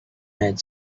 had